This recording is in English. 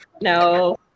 no